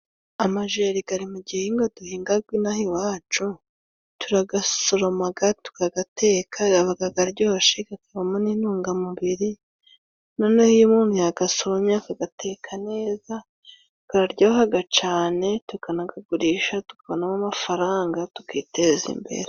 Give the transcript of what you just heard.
Amajeri gari mu gihingwa duhingaga inaha iwacu, turagasoromaga tukagateka yabaga garyoshye kakavamo n'intungamubiri, noneho iyo umuntu yagasoromye akagateka neza, kararyohaga cane, tukanagagurisha tukabonamo amafaranga tukiteza imbere.